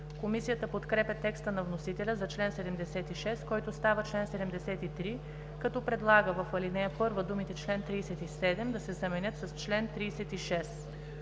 Комисията подкрепя текста на вносителя за чл. 76, който става чл. 73, като предлага в ал. 1 думите „чл. 37“ да се заменят с „чл. 36“.